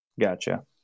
Gotcha